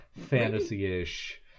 fantasy-ish